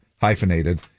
hyphenated